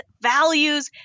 values